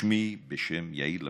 בשמי, בשם יאיר לפיד,